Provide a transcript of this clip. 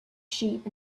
sheep